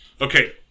Okay